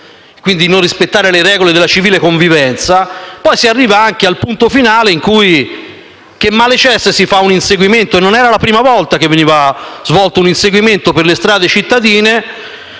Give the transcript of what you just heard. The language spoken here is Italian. quindi di non rispettare le regole della civile convivenza, poi si arriva anche al punto finale, in cui: che male c'è se si fa un inseguimento? Non era la prima volta che veniva svolto un inseguimento per le strade cittadine,